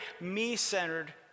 me-centered